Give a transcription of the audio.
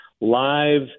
live